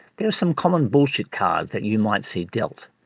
there are some common bullshit cards that you might see dealt,